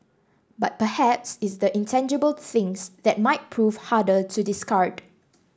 but perhaps it's the intangible things that might prove harder to discard